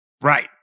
Right